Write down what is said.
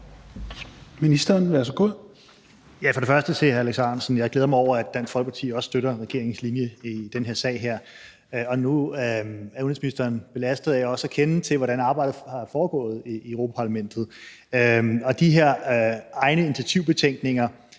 Kofod): Først og fremmest vil jeg sige, at jeg glæder mig over, at Dansk Folkeparti støtter regeringens linje i den her sag. Nu er udenrigsministeren belastet af også at kende til, hvordan arbejdet foregår i Europa-Parlamentet, og de her egne initiativbetænkninger